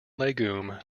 legume